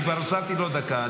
אני כבר הוספתי לו עוד דקה,